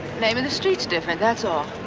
name of the street is different, that's all.